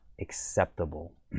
acceptable